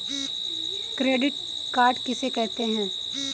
Credit card किसे कहते हैं?